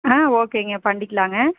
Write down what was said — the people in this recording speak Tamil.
ஆ ஓகேங்க பண்ணிக்கலாங்க